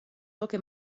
toque